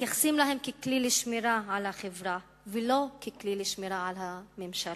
מתייחסים אליהם כאל כלי לשמירה על החברה ולא כלי לשמירה על הממשלה.